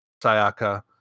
Sayaka